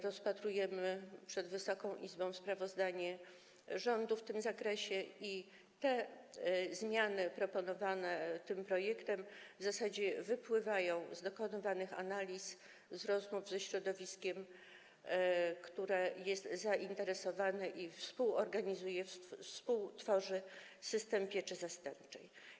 Rozpatrujemy przed Wysoką Izbą sprawozdanie rządu w tym zakresie i zmiany proponowane w tym projekcie w zasadzie wypływają z dokonywanych analiz, z rozmów ze środowiskiem, które jest tym tematem zainteresowane i współorganizuje, współtworzy system pieczy zastępczej.